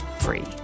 free